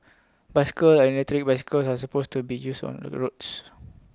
bicycles and electric bicycles are supposed to be used only on the roads